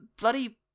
bloody